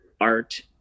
art